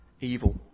evil